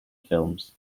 films